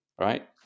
right